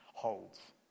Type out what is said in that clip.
holds